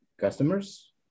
customers